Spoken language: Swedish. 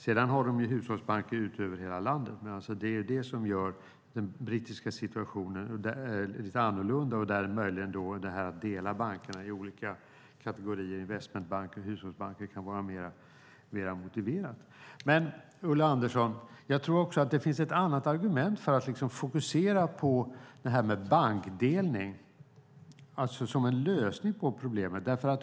Sedan har de hushållsbanker ute över landet, men det är det som gör den brittiska situationen lite annorlunda. Därför kan möjligen en delning av bankerna i olika kategorier, investmentbanker och hushållsbanker, vara mer motiverad. Men, Ulla Andersson, jag tror också att det finns ett annat argument för att fokusera på bankdelning som en lösning på problemet.